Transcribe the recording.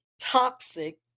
toxic